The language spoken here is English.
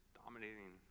dominating